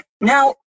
Now